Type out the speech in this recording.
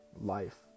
life